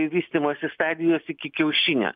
vystymosi stadijos iki kiaušinio